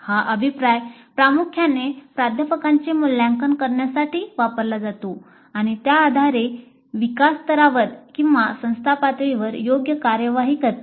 हा अभिप्राय प्रामुख्याने प्राध्यापकांचे मूल्यांकन करण्यासाठी वापरला जातो आणि त्या आधारे विकास स्तरावर किंवा संस्था पातळीवर योग्य कार्यवाही करते